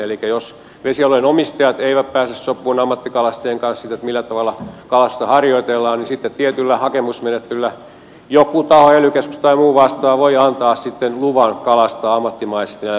elikkä jos vesialueen omistajat eivät pääse sopuun ammattikalastajien kanssa siitä millä tavalla kalastusta harjoitetaan niin sitten tietyllä hakemusmenettelyllä joku taho ely keskus tai muu vastaava voi antaa luvan kalastaa ammattimaisesti näillä vesialueilla